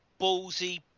ballsy